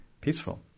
peaceful